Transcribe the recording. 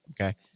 Okay